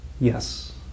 yes